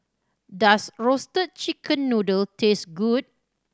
does Roasted Chicken Noodle taste good